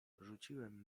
rzuciłem